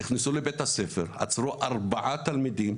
עצרו חמישה תלמידים,